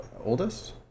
oldest